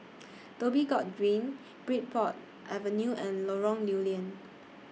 Dhoby Ghaut Green Bridport Avenue and Lorong Lew Lian